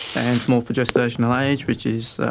and small for gestational age which is,